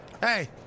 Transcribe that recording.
Hey